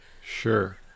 sure